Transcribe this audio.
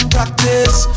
Practice